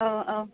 औ औ